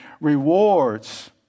rewards